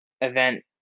event